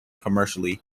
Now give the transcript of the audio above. commercially